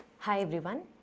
hi everyone,